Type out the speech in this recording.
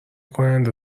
کننده